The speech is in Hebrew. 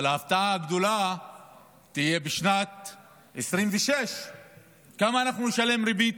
אבל ההפתעה הגדולה תהיה בשנת 2026. כמה אנחנו נשלם ריבית,